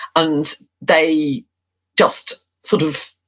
and they just sort of,